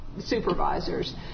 supervisors